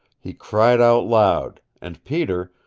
he cried out aloud, and peter,